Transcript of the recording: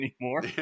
anymore